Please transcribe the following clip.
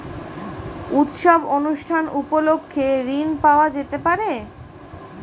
উৎসব অনুষ্ঠান উপলক্ষে ঋণ পাওয়া যেতে পারে?